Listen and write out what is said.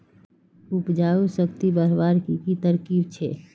उपजाऊ शक्ति बढ़वार की की तरकीब छे?